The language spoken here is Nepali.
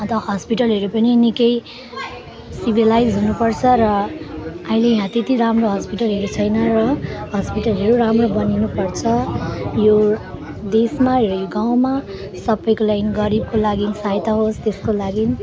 अनि त हस्पिटलहरू पनि निकै सिभिलाइज्ड हुनुपर्छ र अहिले यहाँ त्यति राम्रो हस्पिटलहरू छैन र हस्पिटलहरू र राम्रो बनिनुपर्छ यो देशमा र यो गाउँमा सबैको लागि गरिबको लागि सहायता होस् त्यसको लागि